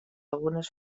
algunes